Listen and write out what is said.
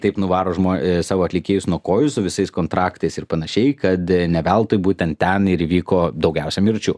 taip nuvaro žmo savo atlikėjus nuo kojų su visais kontraktais ir panašiai kad ne veltui būtent ten ir įvyko daugiausia mirčių